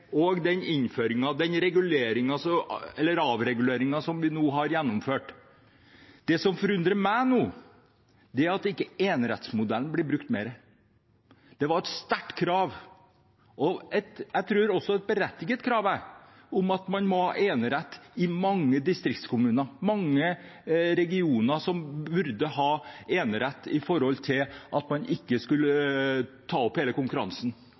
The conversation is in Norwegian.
og den avreguleringen vi nå har gjennomført: Det som forundrer meg nå, er at ikke enerettsmodellen blir brukt mer. Det var et sterkt krav, og jeg tror også det er et berettiget krav, om at man må ha enerett i mange distriktskommuner. Mange regioner bør ha enerett – at man ikke skal ta opp denne konkurransen,